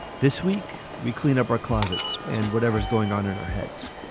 this week, we clean up our closets and whatever is going on in our heads